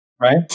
right